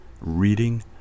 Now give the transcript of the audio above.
reading